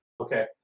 Okay